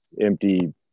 empty